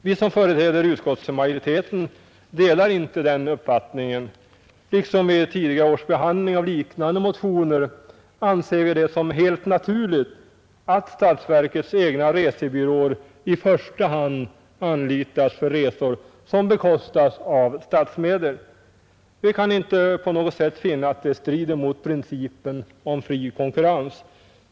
Vi som företräder utskottsmajoriteten delar inte den uppfattningen. Liksom vid tidigare års behandling av liknande motioner anser vi det helt naturligt att statsverkets egna resebyråer i första hand anlitas för resor som bekostas med statsmedel. Vi kan inte på något sätt finna att det strider mot principen om fri konkurrens.